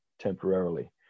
temporarily